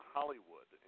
Hollywood